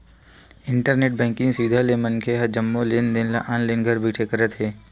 internet banking सुबिधा ले मनखे ह जम्मो लेन देन ल ऑनलाईन घर बइठे करत हे